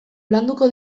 landuko